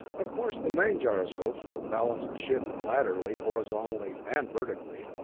of course the main gyroscopes will balance the ship laterally, horizontally, and vertically,